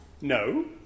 No